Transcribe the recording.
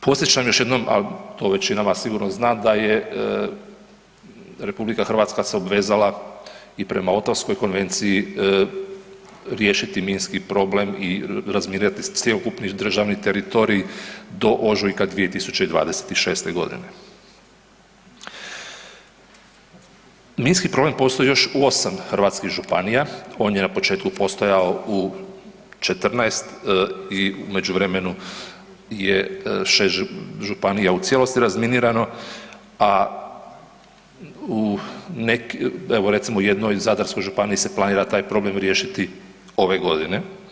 Podsjećam još jednom, a većina vas to sigurno zna da je RH se obvezala i prema Ottawskoj konvenciji riješiti minski problem i razminirati cjelokupni državni teritorij do ožujka 2026.g. Minski problem postoji još u osam hrvatskih županija, on je na početku postojao u 14 i u međuvremenu je šest županija u cijelosti razminirano, a u evo recimo u jednoj Zadarskoj županiji se planira taj problem riješiti ove godine.